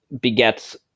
begets